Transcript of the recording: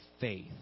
faith